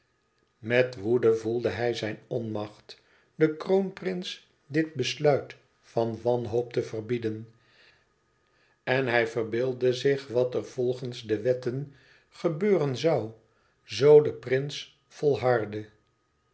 met woede voelde hij zijn onmacht den kroonprins dit besluit van wanhoop te verbieden en hij verbeeldde zich wat er volgens de wetten gebeuren zoû zoo de prins volhardde